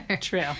True